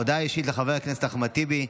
הודעה אישית של חבר הכנסת אחמד טיבי,